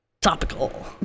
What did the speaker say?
topical